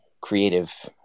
creative